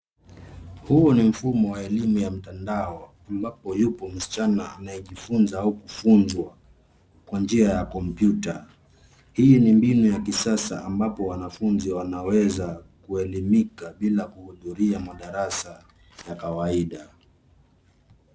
Huu ni mfumo wa elimu ya mtandao, ambapo yupo msichana anayejifunza au kufunzwa, kwa njia ya kompyuta. Hii ni mbinu ya kisasa ambapo wanafunzi wanaweza kuelimika bila kuudhuria madarasa ya kawaida.